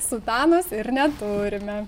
sutanos ir neturime